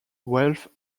wealth